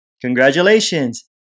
Congratulations